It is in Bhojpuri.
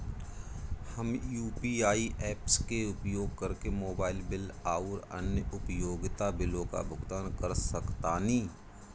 हम यू.पी.आई ऐप्स के उपयोग करके मोबाइल बिल आउर अन्य उपयोगिता बिलों का भुगतान कर सकतानी